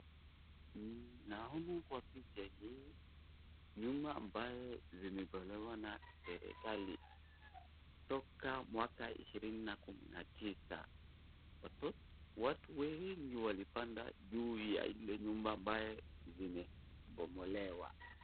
Naona kwa picha hii nyumba ambaye zimetolewa na serikali toka mwaka ishirini kumi na tisa watu wengi walipanda juu ya ile nyumba ambaye zimebomolewa.